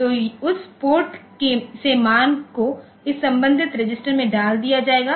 तो उस पोर्ट से मान को इस संबंधित रजिस्टर में डाल दिया जाएगा